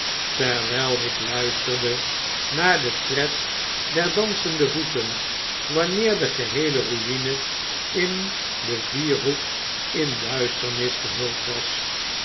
terwyl ik luisterde naar den tred der dansende voeten wanneer de geheele ruine in den vierhoek in duisternis gehuld was